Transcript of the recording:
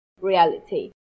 reality